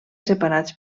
separats